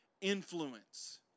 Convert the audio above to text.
influence